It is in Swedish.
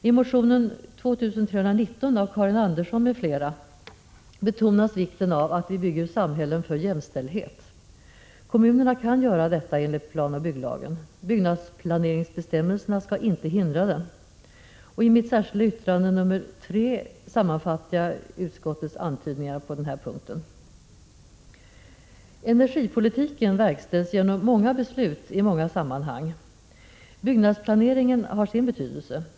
I motion 2319 av Karin Andersson m.fl. betonas vikten av att vi bygger samhällen för jämställdhet. Kommunerna kan göra detta enligt planoch bygglagen. Byggnadsplaneringsbestämmelserna skall inte hindra det. I mitt särskilda yttrande nr 3 sammanfattar jag utskottets antydningar på den punkten. Energipolitiken verkställs genom många beslut i många sammanhang. Byggnadsplaneringen har sin betydelse.